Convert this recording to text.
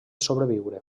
sobreviure